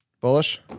Bullish